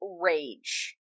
rage